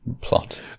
plot